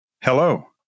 hello